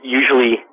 usually